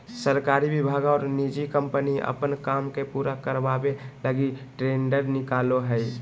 सरकारी विभाग और निजी कम्पनी अपन काम के पूरा करावे लगी टेंडर निकालो हइ